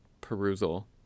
perusal